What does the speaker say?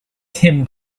tim